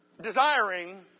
desiring